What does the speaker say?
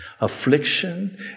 Affliction